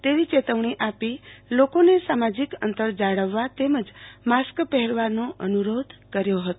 તેવી ચેતવણી આપી લોકોને સામાજિક અંતર જાળવવા તેમજ માસ્ક પહેરવાનો અનુરોધ કર્યો હતો